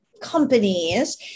companies